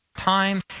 time